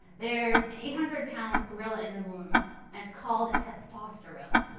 there's an eight hundred pound gorilla in the room and it's called a testosterone.